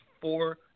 four